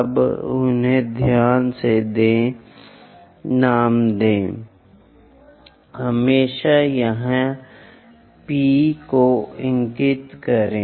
अब उन्हें ध्यान से नाम दें हमेशा यहां कहीं P को इंगित करें